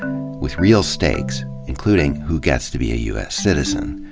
with real stakes, including, who gets to be a u s. citizen.